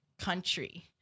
country